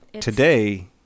today